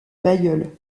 bailleul